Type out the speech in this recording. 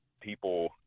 people